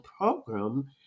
program